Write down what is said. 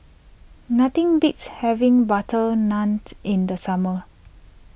nothing beats having Butter Naant in the summer